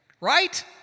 Right